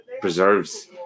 preserves